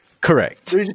Correct